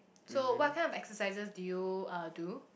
so what kind of exercises do you uh do